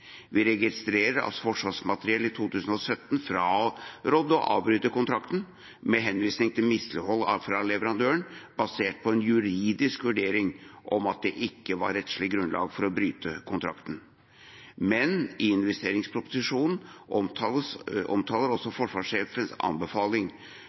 Vi registrerer at Forsvarsmateriell i 2017 frarådet å avbryte kontrakten, med henvisning til mislighold fra leverandøren, basert på en juridisk vurdering om at det ikke var rettslig grunnlag for å bryte kontrakten. Men i investeringsproposisjonen omtales